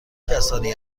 کسانی